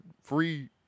free